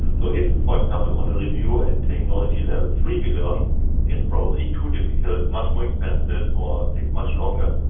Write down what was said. so if, for example, on a review at technology level three we learn it's probably too difficult, much more expensive or much longer,